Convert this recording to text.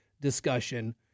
discussion